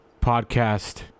podcast